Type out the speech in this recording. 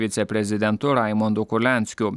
viceprezidentu raimondu kurlianskiu